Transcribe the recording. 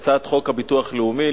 הצעת חוק הביטוח הלאומי,